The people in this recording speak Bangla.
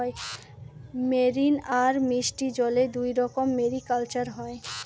মেরিন আর মিষ্টি জলে দুইরকম মেরিকালচার হয়